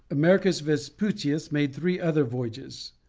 americus vespucius made three other voyages.